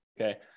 okay